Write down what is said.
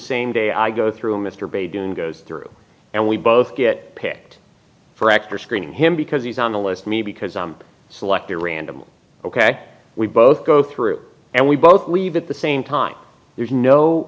same day i go through mr beydoun goes through and we both get picked for extra screening him because he's on the left me because i select a random ok we both go through and we both leave at the same time there's no